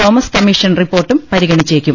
Thomas commission റിപ്പോർട്ടും പരി ഗണിച്ചേക്കും